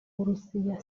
uburusiya